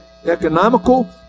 Economical